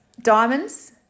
Diamonds